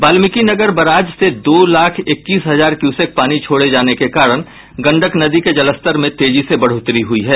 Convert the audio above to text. Valmikinagar barrage से दो लाख इक्कीस हजार क्यूसेक पानी छोड़े जाने के कारण गंडक नदी के जलस्तर में तेजी से बढ़ोतरी हुई है